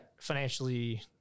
financially